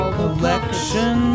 collection